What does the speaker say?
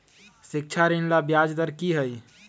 शिक्षा ऋण ला ब्याज दर कि हई?